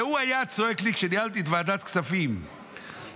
והוא היה צועק לי כשניהלתי את ועדת כספים שיש